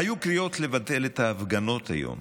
היו קריאות לבטל את ההפגנות היום,